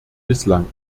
bislang